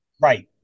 Right